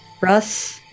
Russ